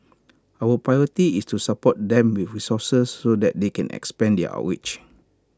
our priority is to support them with resources so that they can expand their outreach